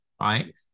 right